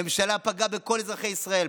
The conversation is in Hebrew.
הממשלה פגעה בכל אזרחי ישראל,